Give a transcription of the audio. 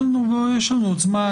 יש לנו עוד זמן.